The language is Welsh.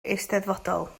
eisteddfodol